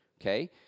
okay